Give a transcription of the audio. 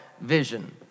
vision